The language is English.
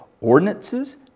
ordinances